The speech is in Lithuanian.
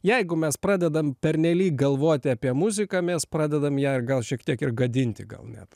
jeigu mes pradedam pernelyg galvoti apie muziką mes pradedam ją gal šiek tiek ir gadinti gal net